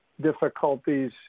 difficulties